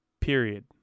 Period